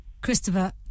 Christopher